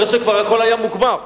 אחרי שכבר הכול היה מוגמר,